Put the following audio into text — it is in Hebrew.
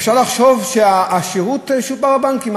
אפשר לחשוב שהשירות שופר בבנקים?